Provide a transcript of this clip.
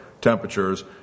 temperatures